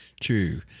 True